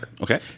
Okay